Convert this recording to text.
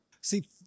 See